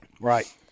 Right